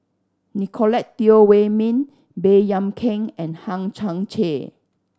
Nicolette Teo Wei Min Baey Yam Keng and Hang Chang Chieh